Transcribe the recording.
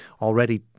already